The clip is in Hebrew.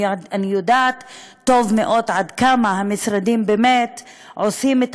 אני יודעת טוב מאוד עד כמה המשרדים באמת עושים את